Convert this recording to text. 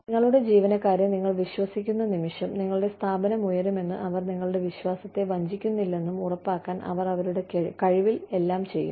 നിങ്ങളുടെ ജീവനക്കാരെ നിങ്ങൾ വിശ്വസിക്കുന്ന നിമിഷം നിങ്ങളുടെ സ്ഥാപനം ഉയരുമെന്നും അവർ നിങ്ങളുടെ വിശ്വാസത്തെ വഞ്ചിക്കുന്നില്ലെന്നും ഉറപ്പാക്കാൻ അവർ അവരുടെ കഴിവിൽ എല്ലാം ചെയ്യും